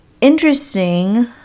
interesting